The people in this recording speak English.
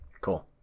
Cool